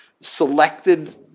selected